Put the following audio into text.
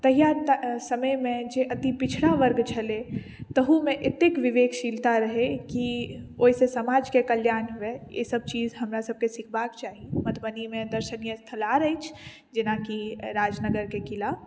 तहिया समय मे जे अति पिछड़ा वर्ग छलय ताहू मे एतेक विवेकशीलता रहै कि ओहि से समाज के कल्याण हुए इसब चीज हमरा सबके सीखबा के चाही मधुबनी मे दर्शनीय स्थल आर अछि जेनाकि राजनगर के किला